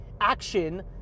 action